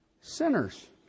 Sinners